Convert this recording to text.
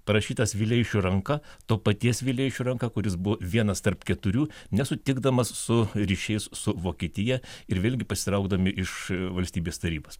parašytas vileišių ranka to paties vileišio ranka kuris buvo vienas tarp keturių nesutikdamas su ryšiais su vokietija ir vėlgi pasitraukdami iš valstybės tarybos